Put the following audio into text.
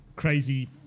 crazy